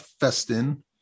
Festin